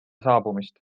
saabumist